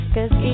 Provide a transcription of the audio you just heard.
Cause